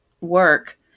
work